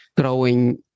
growing